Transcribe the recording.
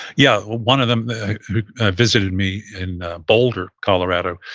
yeah, one of them visited me in boulder, colorado,